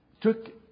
took